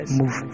move